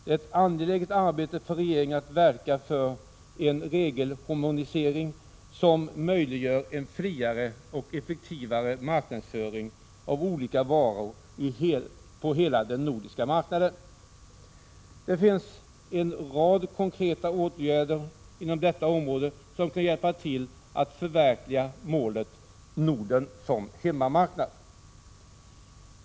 Det är ett angeläget arbete för regeringen att verka för en regelharmonisering som möjliggör en friare och effektivare marknadsföring av olika varor på hela den nordiska marknaden. En rad konkreta åtgärder inom detta område kan hjälpa till att förverkliga målet Norden som hemmamarknad.